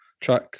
track